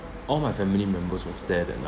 all my family members was there that night